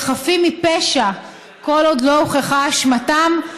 והם חפים מפשע כל עוד לא הוכחה אשמתם,